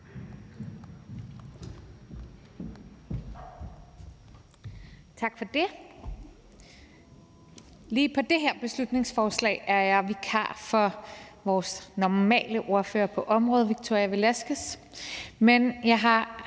Tak for det.